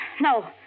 no